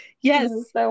Yes